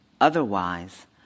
Otherwise